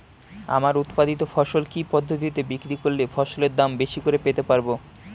আমার উৎপাদিত ফসল কি পদ্ধতিতে বিক্রি করলে ফসলের দাম বেশি করে পেতে পারবো?